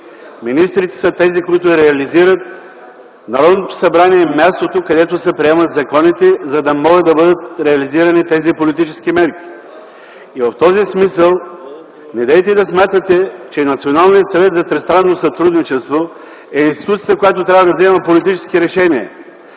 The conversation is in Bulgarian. министрите са тези, които реализират, Народното събрание е място, където се приемат законите, за да могат да бъдат реализирани тези политически мерки. В този смисъл, недейте да смятате, че Националният съвет за тристранно сътрудничество е институцията, която трябва да взима политически решения.